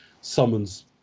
summons